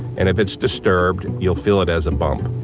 and if it's disturbed, you'll feel it as a bump.